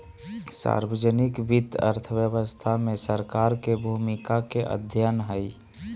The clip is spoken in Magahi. सार्वजनिक वित्त अर्थव्यवस्था में सरकार के भूमिका के अध्ययन हइ